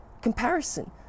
comparison